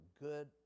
good